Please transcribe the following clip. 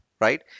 right